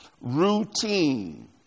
routine